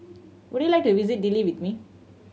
would you like to visit Dili with me